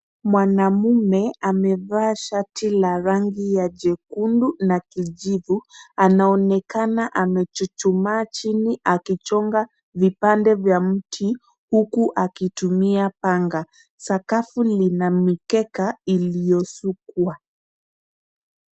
Mwanaume amevaa shati la rangi ya jekundu na kijivu, anaonekana amechuchumaa chini akichonga vipande vya mti huku akitumia panga, sakafu lina mikeka iliyosukwa.